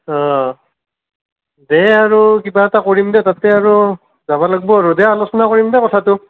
অঁ দে আৰু কিবা এটা কৰিম দে তাতকৈ আৰু যাব লাগিব আৰু দে আলোচনা কৰিম দে কথাটো